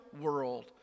world